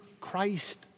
Christ